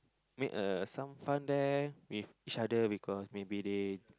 make a some fun there with each other because maybe they